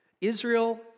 Israel